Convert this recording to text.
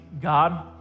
God